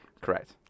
Correct